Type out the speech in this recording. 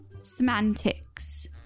Semantics